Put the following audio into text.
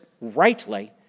rightly